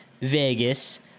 Vegas